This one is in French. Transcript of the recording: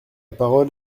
parole